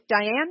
Diane